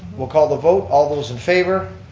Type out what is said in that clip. we'll call the vote, all those in favor.